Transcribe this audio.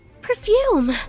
Perfume